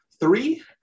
three